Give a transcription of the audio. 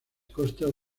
costas